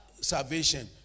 Salvation